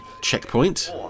checkpoint